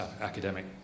academic